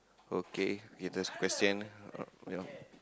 okay K that's a question